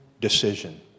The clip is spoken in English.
decision